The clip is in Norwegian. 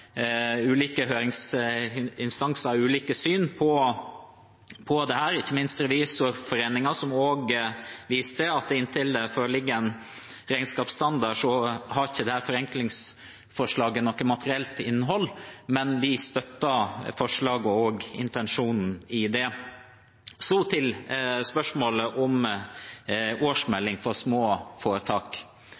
ulike høringsinstanser har ulike syn på dette – ikke minst Revisorforeningen, som også viser til at inntil det foreligger en regnskapsstandard, har ikke dette forenklingsforslaget noe materielt innhold. Men vi støtter forslaget og intensjonen i det. Så til spørsmålet om årsmelding for små foretak: